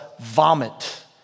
vomit